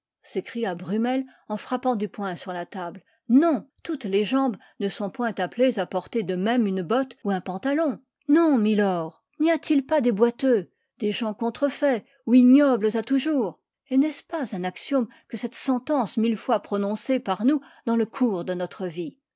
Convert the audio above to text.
s'écria brummel en frappant du poing sur la table non toutes les jambes ne sont point appelées à porter de même une botte ou un pantalon non milords n'y a-t-il pas des boiteux des gens contrefaits ou ignobles à toujours et n'est-ce pas un axiome que cette sentence mille fois prononcée par nous dans le cours de notre vie